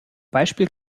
beispiel